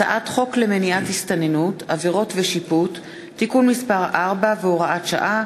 הצעת חוק למניעת הסתננות (עבירות ושיפוט) (תיקון מס' 4 והוראת שעה),